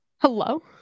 Hello